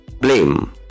blame